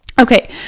Okay